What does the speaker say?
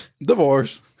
Divorce